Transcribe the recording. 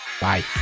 bye